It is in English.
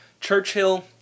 Churchill